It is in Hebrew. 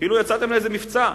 כאילו יצאתם לאיזה מבצע,